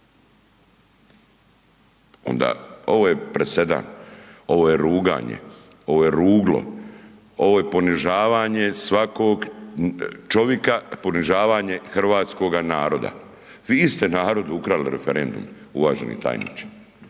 Onda ovo je presedan, ovo je ruganje, ovo je ruglo, ovo je ponižavanje svakog čovjeka, ponižavanje hrvatskoga naroda. Vi ste narodu ukrali referendum, uvaženi tajniče,